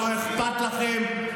לא אכפת לכם.